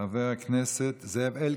חבר הכנסת זאב אלקין,